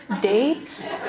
dates